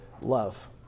love